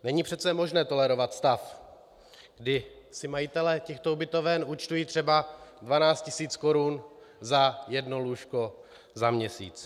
Není přece možné tolerovat stav, kdy si majitelé těchto ubytoven účtují třeba 12 tisíc korun za jedno lůžko za měsíc.